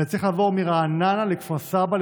אלא צריך לעבור מרעננה לכפר סבא,